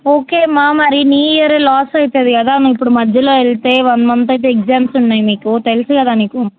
okay అమ్మ మరి నీ ఇయర్ లాస్ అవుతుంది కదా నువ్వు ఇప్పుడు మధ్యలో వెళితే వన్ మంత్ అయితే ఎగ్జామ్స్ ఉన్నాయి మీకు తెలుసు కదా నీకు